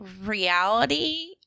reality